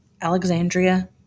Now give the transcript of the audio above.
Alexandria